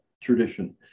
tradition